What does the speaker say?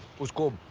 let's go.